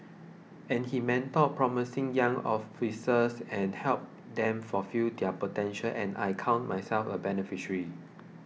and he mentored promising young officers and helped them fulfil their potential and I count myself a beneficiary